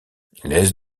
laisse